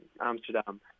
Amsterdam